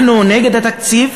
אנחנו נגד התקציב,